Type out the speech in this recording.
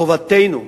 חובתנו,